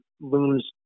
looms